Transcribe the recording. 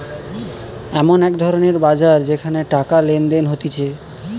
এমন এক ধরণের বাজার যেখানে টাকা লেনদেন হতিছে